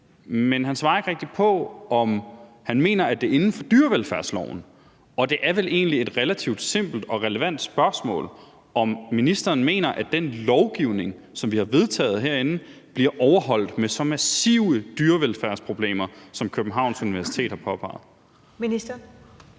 men han svarer ikke rigtig på, om han mener, at det er inden for dyrevelfærdsloven. Og det er vel egentlig et relativt simpelt og relevant spørgsmål, om ministeren mener, at den lovgivning, som vi har vedtaget herinde, bliver overholdt med så massive dyrevelfærdsproblemer, som Københavns Universitet har påpeget. Kl.